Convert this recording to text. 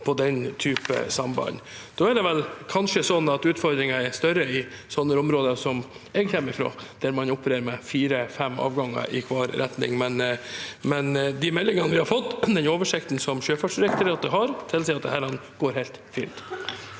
på den typen samband. Da er vel kanskje utfordringene større i slike områder som jeg kommer fra, der man opererer med fire–fem avganger i hver retning. De meldingene vi har fått, og den oversikten som Sjøfartsdirektoratet har, tilsier at dette går helt fint.